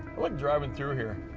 like driving through here.